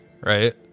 right